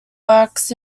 works